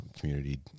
community